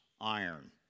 iron